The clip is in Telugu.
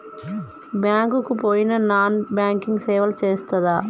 బ్యాంక్ కి పోయిన నాన్ బ్యాంకింగ్ సేవలు చేస్తరా?